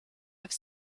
with